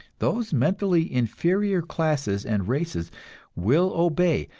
those mentally inferior classes and races will obey,